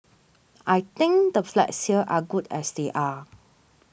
I think the flats here are good as they are